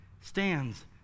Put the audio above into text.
stands